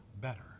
better